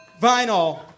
Vinyl